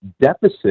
deficit